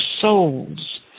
souls